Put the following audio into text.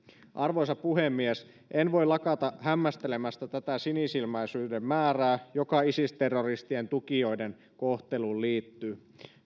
arvoisa puhemies en voi lakata hämmästelemästä tätä sinisilmäisyyden määrää joka isis terroristien tukijoiden kohteluun liittyy